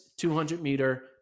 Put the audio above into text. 200-meter